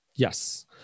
Yes